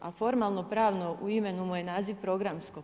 A formalno pravno u imenu mu je naziv programsko.